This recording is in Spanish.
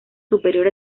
superior